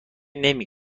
نمی